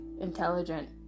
intelligent